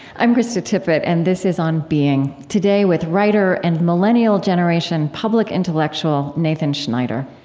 i'm krista tippett, and this is on being. today with writer and millennial generation public intellectual, nathan schneider,